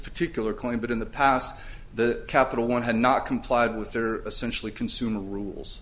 particular claim but in the past the capital one had not complied with or essentially consumer rules